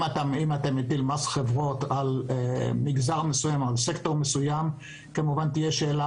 אם אתה מטיל מס חברות על מגזר מסוים או על סקטור מסוים אז ישנה השאלה